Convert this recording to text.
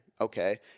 okay